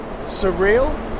surreal